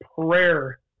prayer